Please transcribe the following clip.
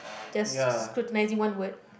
just scrutinizing one word